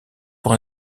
pour